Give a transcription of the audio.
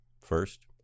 first